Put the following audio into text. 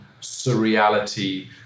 surreality